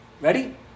Ready